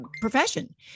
profession